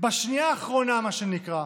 בשנייה האחרונה, מה שנקרא,